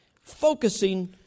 focusing